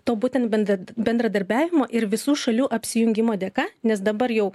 to būtent bendr bendradarbiavimo ir visų šalių apsijungimo dėka nes dabar jau